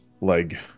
Leg